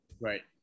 Right